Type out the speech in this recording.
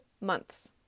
months